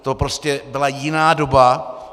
To prostě byla jiná doba.